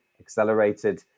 accelerated